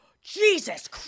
Jesus